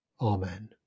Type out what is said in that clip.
Amen